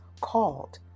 called